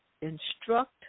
instruct